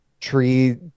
Tree